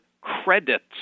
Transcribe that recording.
credits